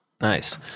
Nice